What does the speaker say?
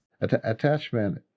Attachment